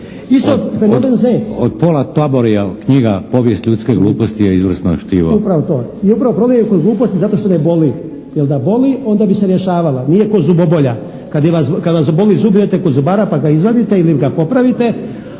Od Paula Paboryja knjiga «Povijest ljudske gluposti» je izvrsno štivo.